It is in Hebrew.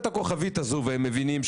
התאמות מסוימות בכלל,